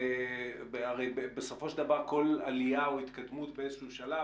הרי בסופו של דבר כל עלייה או התקדמות בשלב,